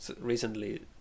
recently